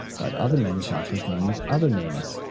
but other manufacturers may use other names.